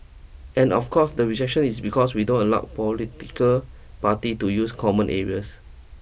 and of course the rejection is because we don't allow political parties to use common areas